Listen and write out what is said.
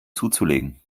zuzulegen